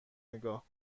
نگاه